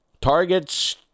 targets